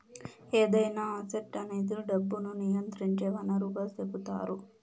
ఏదైనా అసెట్ అనేది డబ్బును నియంత్రించే వనరుగా సెపుతారు